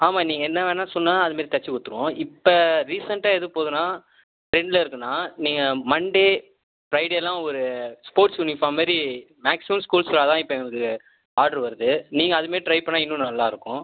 ஆமாம் நீங்கள் என்ன வேணால் சொன்னால் அதுமாதிரி தைச்சி குடுத்துருவோம் இப்போ ரீசண்ட்டாக எது போதுன்னா ட்ரெண்ட்ல இருக்குதுன்னா நீங்கள் மண்டே ஃப்ரைடேலாம் ஒரு ஸ்போர்ட்ஸ் யூனிஃபார்ம் மாதிரி மேக்சிமம் ஸ்கூல்ஸில் அதுதான் இப்போ எங்களுக்கு ஆட்ரு வருது நீங்க அதுமாரி ட்ரை பண்ணால் இன்னும் நல்லாயிருக்கும்